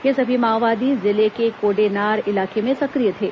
ये सभी माओवादी जिले के कोडेनार इलाके में सक्रिय थे